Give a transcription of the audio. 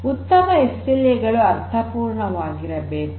ಉತ್ತಮ ಎಸ್ಎಲ್ಎ ಗಳು ಅರ್ಥಪೂರ್ಣವಾಗಿರಬೇಕು